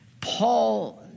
Paul